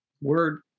Word